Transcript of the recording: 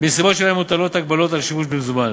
בנסיבות שבהן מוטלות הגבלות על שימוש במזומן.